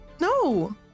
No